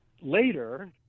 later